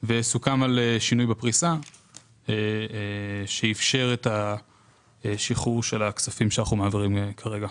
סוכם על שינוי בפריסה שאיפשר את השחרור של כספים שאנחנו מעבירים כרגע.